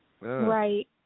Right